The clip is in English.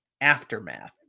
Aftermath